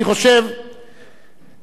אני חושב שממשלה,